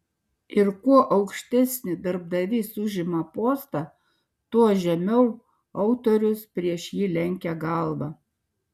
ir kuo aukštesnį darbdavys užima postą tuo žemiau autorius prieš jį lenkia galvą